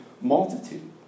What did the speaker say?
multitude